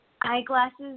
eyeglasses